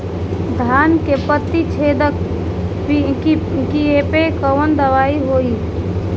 धान के पत्ती छेदक कियेपे कवन दवाई होई?